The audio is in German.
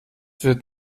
wird